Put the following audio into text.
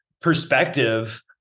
perspective